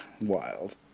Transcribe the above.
wild